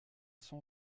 son